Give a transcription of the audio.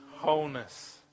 wholeness